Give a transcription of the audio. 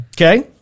Okay